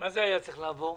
מה היה צריך לעבור?